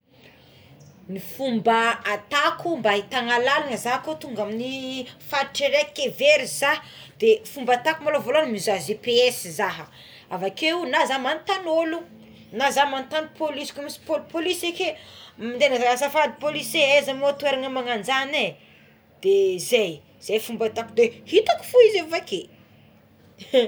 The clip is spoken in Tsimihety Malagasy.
Fomba ataoko mba hitana lalagna za ko tonga amigny faritra iray ka very za de fomba ataoko maloha volohagny mizaha GPS za avekeo na za magnotagny ologno na za manotagny polisy na ko misy polipolisy akeo miteny za azafady polisy é aiza mo toerana mananjany é de zay de zay fomba ahitko toer de hitako fogna izy avake.